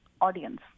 audience